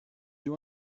you